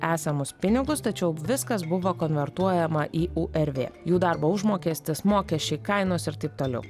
esamus pinigus tačiau viskas buvo konvertuojama į u er vė jų darbo užmokestis mokesčiai kainos ir taip toliau